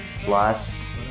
plus